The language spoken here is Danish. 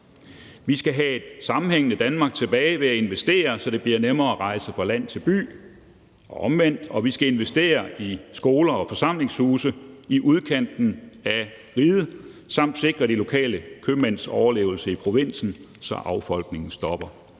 Vi skal have et sammenhængende Danmark tilbage ved at investere, så det bliver nemmere at rejse fra land til by og omvendt. Og vi skal investere i skoler og forsamlingshuse i udkanten af riget og sikre de lokale købmænds overlevelse i provinsen, så affolkningen stopper.